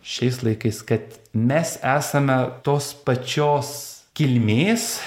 šiais laikais kad mes esame tos pačios kilmės